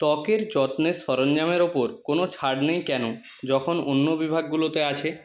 ত্বকের যত্নের সরঞ্জামের ওপর কোনো ছাড় নেই কেন যখন অন্য বিভাগগুলোতে আছে